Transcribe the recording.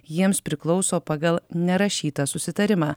jiems priklauso pagal nerašytą susitarimą